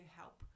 help